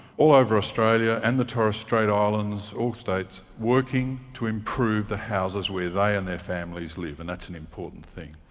all over australia, and the torres strait islands, all states, working to improve the houses where they and their families live, and that's an important thing.